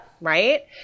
Right